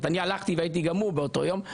אני הלכתי והייתי גמור באותו יום.